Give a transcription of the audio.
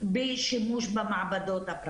בשימוש במעבדות.